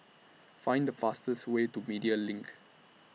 Find The fastest Way to Media LINK